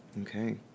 Okay